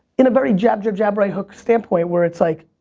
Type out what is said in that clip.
in a very jab jab jab right hook standpoint where it's like,